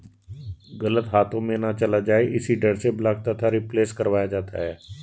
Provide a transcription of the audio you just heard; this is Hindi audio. गलत हाथों में ना चला जाए इसी डर से ब्लॉक तथा रिप्लेस करवाया जाता है